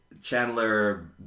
Chandler